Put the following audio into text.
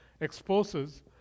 Exposes